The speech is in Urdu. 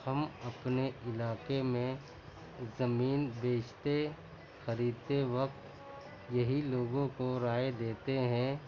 ہم اپنے علاقے میں زمین بیچتے خریدتے وقت یہی لوگوں کو رائے دیتے ہیں